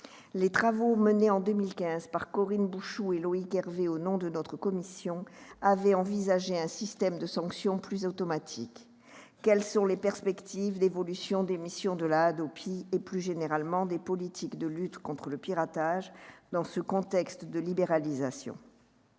Les travaux menés en 2015 par Corinne Bouchoux et Loïc Hervé, au nom de notre commission, avaient envisagé un système de sanction plus automatique. Quelles sont les perspectives d'évolution des missions de la HADOPI et, plus généralement, des politiques de lutte contre le piratage dans ce contexte de libéralisation ?